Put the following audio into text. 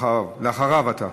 ואחריו אתה.